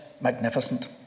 magnificent